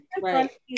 right